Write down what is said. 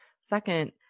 second